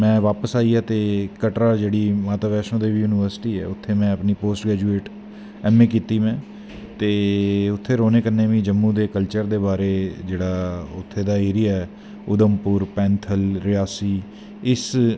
में बापस आईया ते कटरा जेह्ड़ी माता बैष्णो देवी युनिवर्सिटी ऐ उत्थें में अपनी पोस्ट ग्रैजुएट ऐम एं कीती में ते उत्थें रौह्नें कन्नैं मीं जम्मू दे कल्चर दे बारे जेह्ड़ा उत्थें दा एरिया ऐ उधमपुर पैंथल रियासी इस